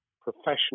professional